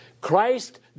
Christ